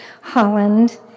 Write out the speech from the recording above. Holland